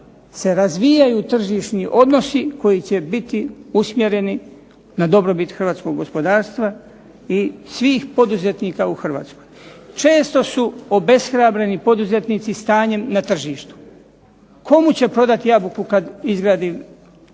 da razvijaju tržišni odnosi koji će biti usmjereni na dobrobit hrvatskog gospodarstva i svih poduzetnika u Hrvatskoj. Često su obeshrabreni poduzetnici stanjem na tržištu. Komu će prodati jabuku kad izgradi voćnjak?